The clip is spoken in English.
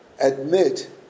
Admit